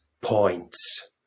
points